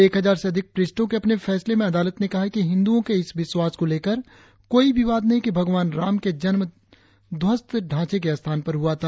एक हजार से अधिक पृष्ठों के अपने फैसले में अदालत ने कहा है कि हिन्दुओ के इस विश्वास को लेकर कोई विवाद नही है कि भगवान राम के जन्म ध्वस्त ढांचे के स्थान पर हुआ था